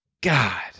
God